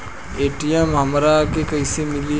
ATM हमरा के कइसे मिली?